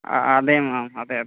ആ അതേ മേം അതെ അതെ